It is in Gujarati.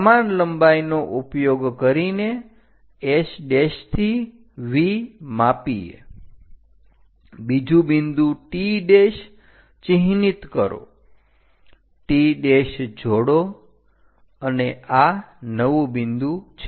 સમાન લંબાઈનો ઉપયોગ કરીને S થી V માપીએ બીજું બિંદુ T ચિહ્નિત કરો T જોડો અને આ નવું બિંદુ છે